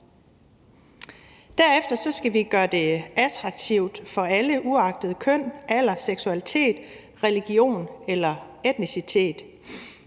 Derefter skal vi gøre det attraktivt for alle uagtet køn, alder, seksualitet, religion eller etnicitet.